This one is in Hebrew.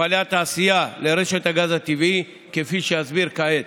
מפעלי תעשייה לרשת הגז הטבעי, כפי שאסביר כעת.